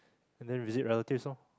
and then visit relatives ah